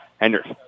Hendricks